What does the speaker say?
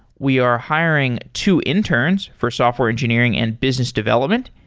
we are hiring two interns for software engineering and business development.